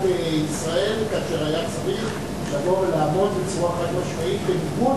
ישראל כאשר היה צריך לבוא ולעמוד בצורה חד-משמעית בניגוד